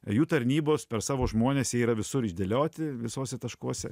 jų tarnybos per savo žmones jie yra visur išdėlioti visuose taškuose